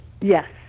Yes